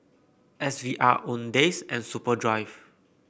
S V R Owndays and Superdry